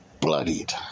Bloodied